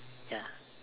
ya